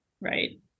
Right